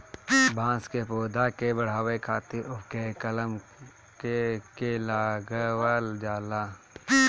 बांस के पौधा के बढ़ावे खातिर ओके कलम क के लगावल जाला